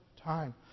time